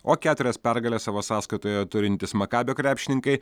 o keturias pergales savo sąskaitoje turintys makabio krepšininkai